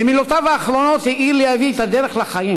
במילותיו האחרונות האיר לי אבי את הדרך לחיים: